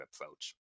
approach